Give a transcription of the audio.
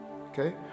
okay